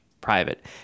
private